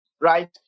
right